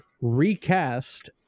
recast